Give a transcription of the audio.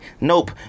Nope